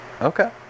okay